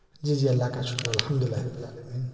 جی جی اللہ کا شکر الحمد للہ رب العالمین